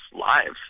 lives